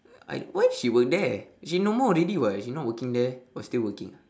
I why she work there she no more already [what] she not working there oh still working ah